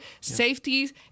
safeties